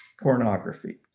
pornography